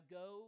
go